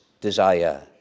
desire